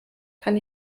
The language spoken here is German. kann